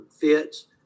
fits